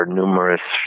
numerous